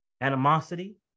animosity